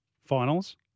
Finals